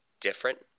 different